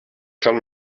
kann